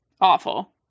Awful